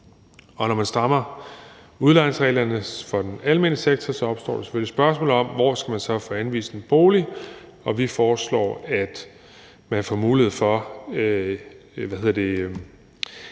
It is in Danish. Når man strammer udlejningsreglerne for den almene sektor, opstår der selvfølgelig spørgsmål om, hvor man så skal få anvist en bolig. Men først er det måske